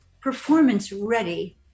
performance-ready